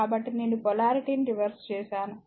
కాబట్టి నేను పొలారిటీ ని రివర్స్ చేసాను